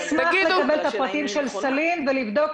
אשמח לקבל את הפרטים של סלים ולבדוק